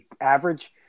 average